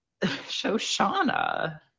Shoshana